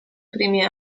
primi